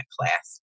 class